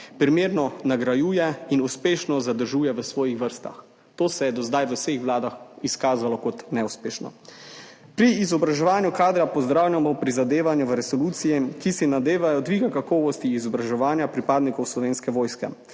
primerno nagrajuje in uspešno zadržuje v svojih vrstah. To se je do zdaj v vseh vladah izkazalo kot neuspešno. Pri izobraževanju kadra pozdravljamo prizadevanja v resoluciji, ki si zadajajo dvig kakovosti izobraževanja pripadnikov Slovenske vojske,